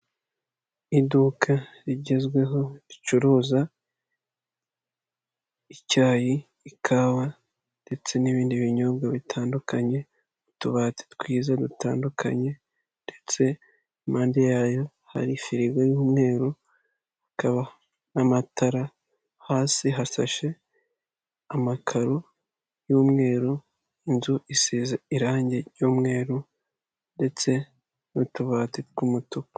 Iduka rigezweho ricuruza icyayi, ikawa ndetse n'ibindi binyobwa bitandukanye, utubati twiza dutandukanye ndetse impande yayo hari firigo y'umweru hakaba n'amatara, hasi hasashe amakaro y'umweru inzu isize irange ry'umweru ndetse n'utubati tw'umutuku.